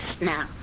now